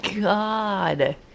god